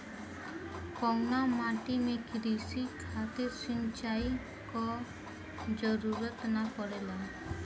कउना माटी में क़ृषि खातिर सिंचाई क जरूरत ना पड़ेला?